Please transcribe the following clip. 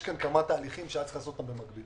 יש כאן כמה תהליכים שהיה צריך לעשות אותם במקביל,